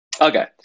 okay